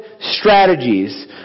strategies